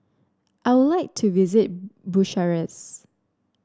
I would like to visit Bucharest